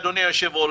אדוני היושב-ראש,